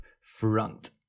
front